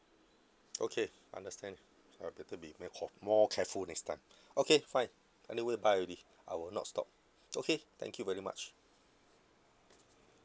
okay understand so I better be more careful next time okay fine anyway buy already I will not stop okay thank you very much